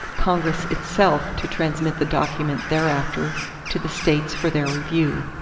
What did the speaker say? congress itself to transmit the document thereafter to the states for their review.